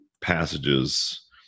passages